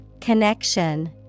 Connection